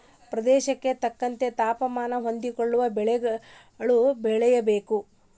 ಪ್ರದೇಶಕ್ಕೆ ತಕ್ಕಂತೆ ತಾಪಮಾನಕ್ಕೆ ಹೊಂದಿಕೊಳ್ಳುವ ಬೆಳೆಗಳು ಬೆಳೆಯಬೇಕು